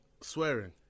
swearing